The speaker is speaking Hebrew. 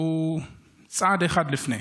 יש צעד אחד לפני,